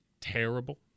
terrible